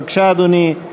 בבקשה, אדוני.